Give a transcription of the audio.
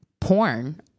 porn